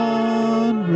one